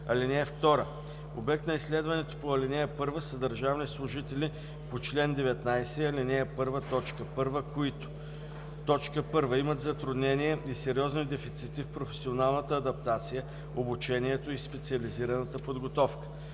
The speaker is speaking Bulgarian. (2) Обект на изследването по ал. 1 са държавни служители по чл. 19, ал. 1, т. 1, които: 1. имат затруднения и сериозни дефицити в професионалната адаптация, обучението и специализираната подготовка;